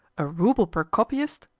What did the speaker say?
a rouble per copyist?